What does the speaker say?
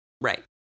Right